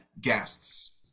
guests